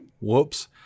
whoops